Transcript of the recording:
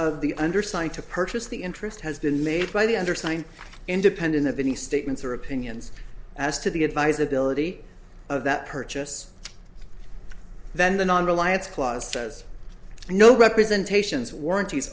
of the undersigned to purchase the interest has been made by the undersigned independent of any statements or opinions as to the advisability of that purchase then the non reliance clause says no representations warranties